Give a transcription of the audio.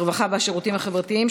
הרווחה והשירותים החברתיים,